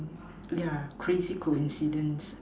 yeah crazy coincidence